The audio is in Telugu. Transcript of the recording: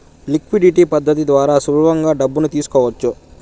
లిక్విడిటీ పద్ధతి ద్వారా సులభంగా డబ్బు తీసుకోవచ్చు